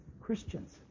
Christians